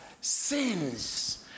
sins